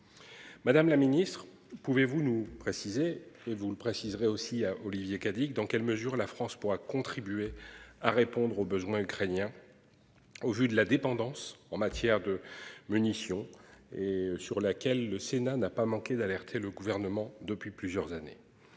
Madame la ministre, pouvez-vous nous préciser et vous le préciserai aussi à Olivier Cadic, dans quelle mesure la France pourra contribuer à répondre aux besoins ukrainiens. Au vu de la dépendance en matière de munitions et sur laquelle le Sénat n'a pas manqué d'alerter le gouvernement depuis plusieurs années.